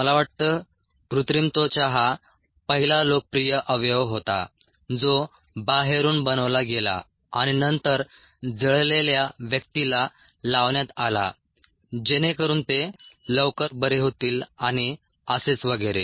मला वाटतं कृत्रिम त्वचा हा पहिला लोकप्रिय अवयव होता जो बाहेरून बनवला गेला आणि नंतर जळलेल्या व्यक्तीला लावण्यात आला जेणेकरून ते लवकर बरे होतील आणि असेच वगैरे